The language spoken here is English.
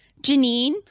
Janine